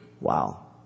Wow